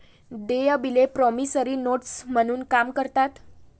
देय बिले promissory notes म्हणून काम करतात